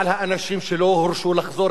על האנשים שלא הורשו לחזור,